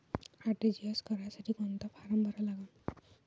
RTGS करासाठी कोंता form भरा लागन?